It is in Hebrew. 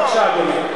בבקשה, אדוני.